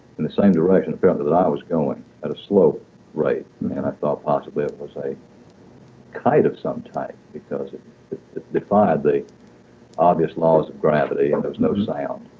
in the same direction apparently as i was going at a slow rate and i thought possibly it was a kite of some type because it defied the obvious laws of gravity and there was no sound